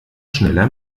schneller